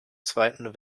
zweiten